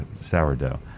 sourdough